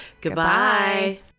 Goodbye